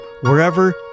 wherever